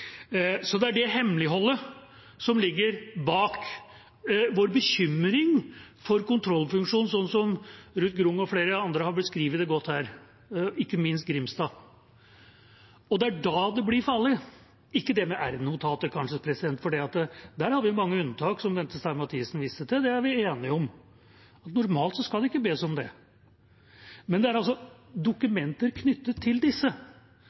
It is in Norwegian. Det er det hemmeligholdet som ligger bak vår bekymring for kontrollfunksjonen, sånn som Ruth Grung og flere andre har beskrevet det godt her – ikke minst Grimstad. Og det er da det blir farlig – ikke det med r-notater, kanskje, for der har vi mange unntak, som Bente Stein Mathisen viste til. Det er vi enige om. Normalt skal det ikke bes om det. Men det er altså dokumenter knyttet til disse,